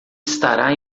estará